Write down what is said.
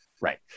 Right